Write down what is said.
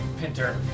Pinter